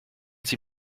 sie